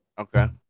Okay